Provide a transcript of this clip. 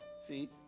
see